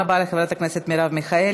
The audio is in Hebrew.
תודה רבה לחברת הכנסת מרב מיכאלי.